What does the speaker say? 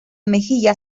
mejilla